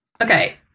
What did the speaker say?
Okay